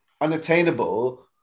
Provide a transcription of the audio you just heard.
unattainable